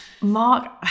Mark